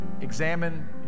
examine